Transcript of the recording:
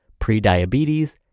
prediabetes